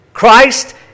Christ